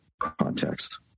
context